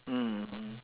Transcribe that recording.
mm